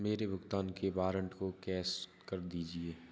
मेरे भुगतान के वारंट को कैश कर दीजिए